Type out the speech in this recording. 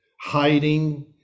hiding